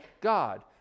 God